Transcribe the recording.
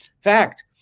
fact